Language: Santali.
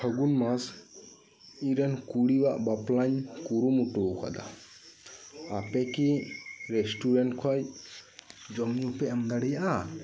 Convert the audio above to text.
ᱯᱷᱟᱹᱜᱩᱱ ᱢᱟᱥ ᱤᱧ ᱨᱮᱱ ᱠᱩᱲᱤᱭᱟᱜ ᱵᱟᱯᱞᱟᱧ ᱠᱩᱨᱩᱢᱩᱴᱩ ᱟᱠᱟᱫᱟ ᱟᱯᱮ ᱠᱤ ᱨᱮᱥᱴᱩᱨᱮᱱᱴ ᱠᱷᱚᱱ ᱡᱚᱢᱧᱩ ᱯᱮ ᱮᱢ ᱫᱟᱲᱮᱭᱟᱜᱼᱟ